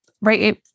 right